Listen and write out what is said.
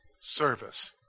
service